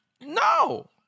No